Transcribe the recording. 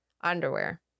underwear